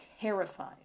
terrified